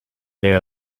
there